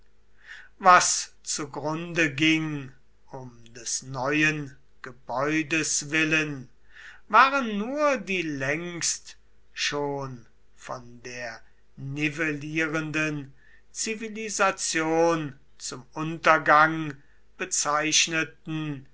was zugrunde ging um des neuen gebäudes willen waren nur die längst schon von der nivellierenden zivilisation zum untergang bezeichneten